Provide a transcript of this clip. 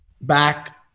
back